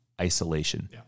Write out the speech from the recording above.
isolation